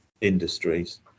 industries